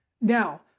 Now